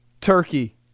turkey